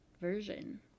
version